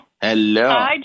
Hello